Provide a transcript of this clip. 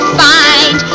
find